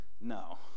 No